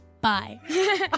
bye